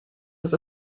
was